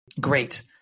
great